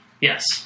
Yes